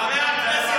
חבר הכנסת ארבל,